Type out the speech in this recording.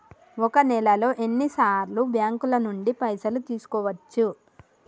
ఒక నెలలో ఎన్ని సార్లు బ్యాంకుల నుండి పైసలు తీసుకోవచ్చు?